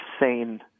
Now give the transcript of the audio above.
insane